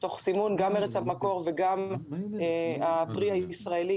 תוך סימון של ארץ המקור ושל הפרי הישראלי,